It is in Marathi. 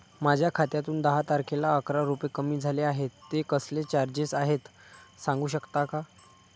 माझ्या खात्यातून दहा तारखेला अकरा रुपये कमी झाले आहेत ते कसले चार्जेस आहेत सांगू शकता का?